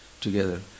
together